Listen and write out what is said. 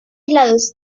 lados